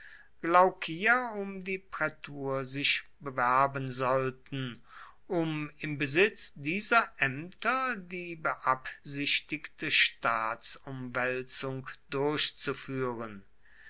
glaucia um die prätur sich bewerben sollten um im besitz dieser ämter die beabsichtigte staatsumwälzung durchzuführen